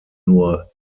nur